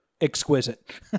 exquisite